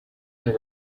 and